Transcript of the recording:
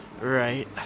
Right